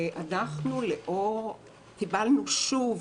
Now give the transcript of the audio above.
אנחנו קיבלנו שוב